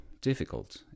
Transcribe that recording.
difficult